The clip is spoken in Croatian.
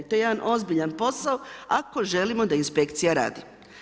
To je jedan ozbiljan posao ako želimo da inspekcija radi.